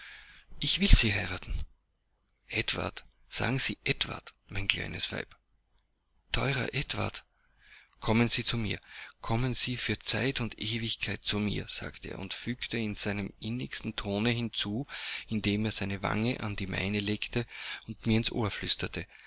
ich will sie heiraten edward sagen sie edward mein kleines weib teurer edward kommen sie zu mir kommen sie für zeit und ewigkeit zu mir sagte er und fügte in seinem innigsten tone hinzu indem er seine wange an die meine legte und mir ins ohr flüsterte